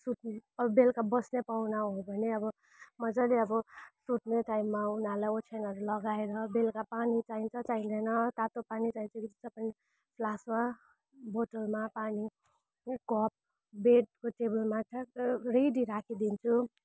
सुत्ने अरू बेलुका बस्ने पाहुना हो भने अब मजाले अब सुत्ने टाइममा उनीहरूलाई ओछ्यानहरू लगाएर बेलुका पानी चाहिन्छ चाहिँदैन तातो पानी चाहिन्छ कि चिसो पानी फ्लास्कमा बोतलमा पानी अनि कप बेडको टेबलमा ठ्याक्क रेडी राखिदिन्छु